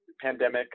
pandemic